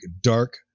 dark